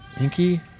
Inky